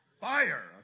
fire